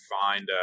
find